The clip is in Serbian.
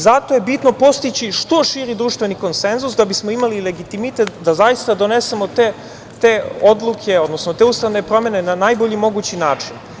Zato je bitno postići što širi društveni konsenzus da bismo imali legitimitet da zaista donesemo te odluke, odnosno te ustavne promene na najbolji mogući način.